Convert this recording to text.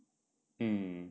mm